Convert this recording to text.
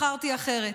/ בחרתי אחרת,